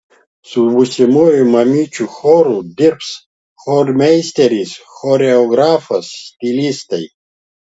su būsimųjų mamyčių choru dirbs chormeisteris choreografas stilistai